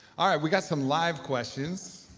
ah we got some live questions.